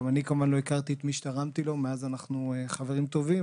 גם אני כמובן לא הכרתי את מי שתרמתי לו מאז אנחנו חברים טובים,